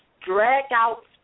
drag-out